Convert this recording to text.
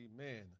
Amen